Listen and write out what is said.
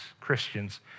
Christians